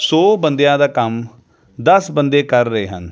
ਸੌ ਬੰਦਿਆਂ ਦਾ ਕੰਮ ਦਸ ਬੰਦੇ ਕਰ ਰਹੇ ਹਨ